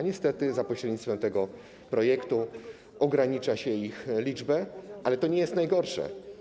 Niestety za pośrednictwem tego projektu ogranicza się ich liczbę, ale to nie jest najgorsze.